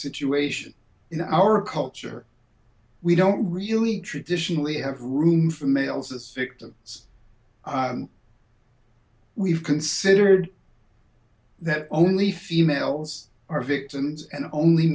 situation in our culture we don't really traditionally have room for males as victims we've considered that only females are victims and only